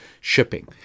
shipping